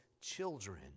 Children